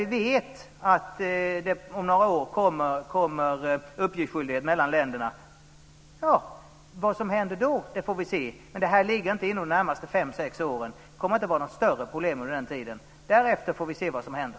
Vi vet att det om några år kommer att bli fråga om en uppgiftsskyldighet mellan länderna. Vi får se vad som händer då. Det här ligger inte inom de närmaste fem sex åren. Det kommer inte att vara några större problem under den tiden. Därefter får vi se vad som händer.